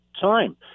time